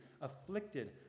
Afflicted